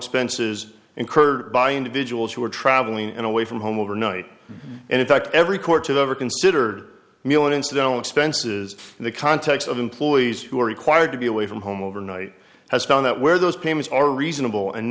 expenses incurred by individuals who are traveling and away from home overnight and in fact every court to ever consider militancy don't spence's in the context of employees who are required to be away from home overnight has found that where those payments are reasonable and